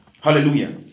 Hallelujah